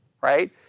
right